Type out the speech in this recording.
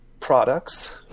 products